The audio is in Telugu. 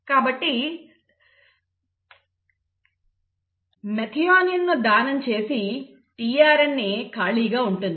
కాబట్టి తన మెథియోనిన్ను దానం చేసి tRNA ఖాళీగా ఉంటుంది